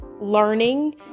learning